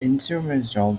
instrumental